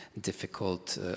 difficult